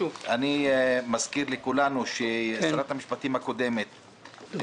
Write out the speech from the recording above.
אני מזכיר לכולנו ששרת המשפטים הקודמת הכריזה,